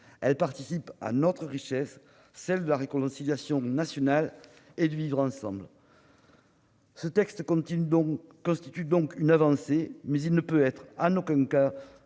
qui participe de notre richesse, celle de la réconciliation nationale et du vivre ensemble. Ce texte constitue une avancée, mais il ne saurait être un solde de